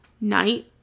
night